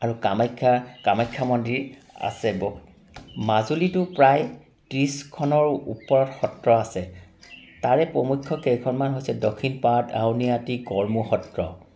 আৰু কামাখ্যা কামাখ্যা মন্দিৰ আছে ব মাজুলীতো প্ৰায় ত্ৰিছখনৰ ওপৰত সত্ৰ আছে তাৰে প্ৰমূখ্য কেইখনমান হৈছে দক্ষিণপাট আউনিআটী গড়মূৰ সত্ৰ